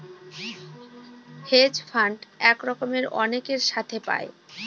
hedge fund এক রকমের অনেকের সাথে পায়